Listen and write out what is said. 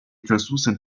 translucent